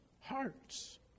hearts